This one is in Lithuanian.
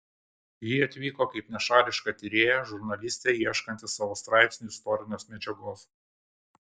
ji atvyko kaip nešališka tyrėja žurnalistė ieškanti savo straipsniui istorinės medžiagos